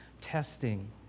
testing